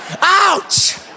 Ouch